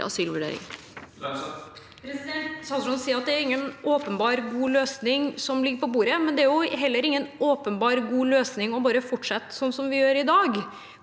Statsråden sier at det ikke er noen åpenbar god løsning som ligger på bordet, men det er heller ingen åpenbar god løsning bare å fortsette som vi gjør i dag.